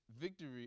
victory